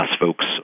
folks